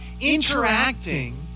interacting